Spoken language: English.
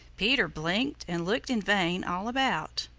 peter blinked and looked in vain all about.